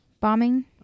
bombing